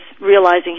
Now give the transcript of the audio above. realizing